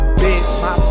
bitch